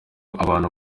abantu